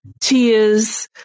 tears